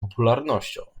popularnością